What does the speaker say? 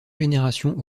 générations